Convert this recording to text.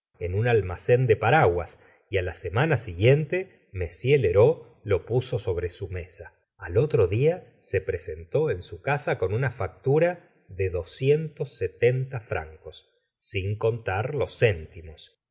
en un almacén de paraguas y á la semana siguiente m lheureux lo puso sobre su mesa al otro dia se presentó en su casa con una factura de doscientos setenta francos sin contar los céntimos